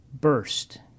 burst